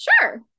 sure